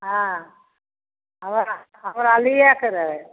हाँ हमरा हमरा लिएके रहै